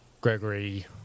Gregory